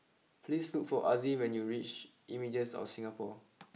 please look for Azzie when you reach Images of Singapore